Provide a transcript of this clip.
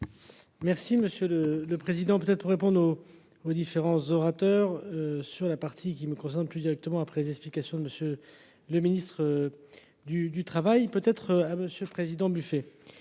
Merci monsieur le le président peut-être pour répondre. Aux différents orateurs. Sur la partie qui me concerne plus directement après les explications de Monsieur le Ministre. Du du travail peut être à Monsieur le Président buffet.